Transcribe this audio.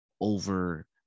over